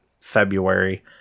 February